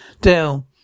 Dale